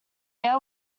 air